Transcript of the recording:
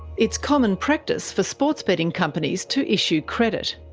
it is common practice for sports betting companies to issue credit.